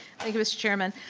thank you mr. chairman.